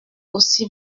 aussi